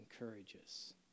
encourages